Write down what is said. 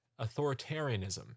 authoritarianism